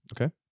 okay